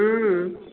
हँ